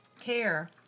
care